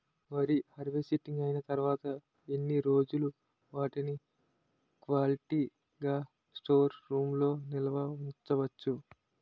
వరి హార్వెస్టింగ్ అయినా తరువత ఎన్ని రోజులు వాటిని క్వాలిటీ గ స్టోర్ రూమ్ లొ నిల్వ ఉంచ వచ్చు?